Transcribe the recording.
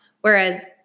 Whereas –